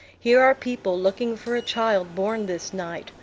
here are people looking for a child born this night,